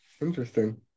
interesting